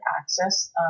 access